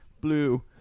blue